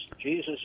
Jesus